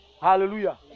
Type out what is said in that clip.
Hallelujah